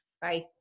Bye